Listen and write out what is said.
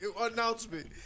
Announcement